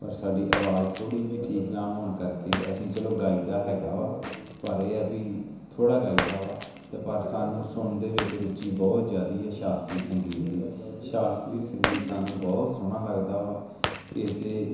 ਪਰ ਸਾਡੀ ਆਵਾਜ਼ ਥੋੜ੍ਹੀ ਜਿਹੀ ਠੀਕ ਨਾ ਹੋਣ ਕਰਕੇ ਅਸੀਂ ਚਲੋ ਗਾਈ ਦਾ ਹੈਗਾ ਵਾ ਪਰ ਇਹ ਆ ਬਈ ਥੋੜ੍ਹਾ ਗਾਈਦਾ ਵਾ ਅਤੇ ਪਰ ਸਾਨੂੰ ਸੁਣਨ ਦੇ ਵਿੱਚ ਰੁਚੀ ਬਹੁਤ ਜ਼ਿਆਦੀ ਹੈ ਸ਼ਾਸਤਰੀ ਸੰਗੀਤ ਦੀ ਸ਼ਾਸਤਰੀ ਸੰਗੀਤ ਸਾਨੂੰ ਬਹੁਤ ਸੋਹਣਾ ਲੱਗਦਾ ਵਾ ਇਹਦੇ